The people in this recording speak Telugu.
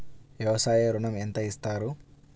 వ్యవసాయ ఋణం ఎంత ఇస్తారు?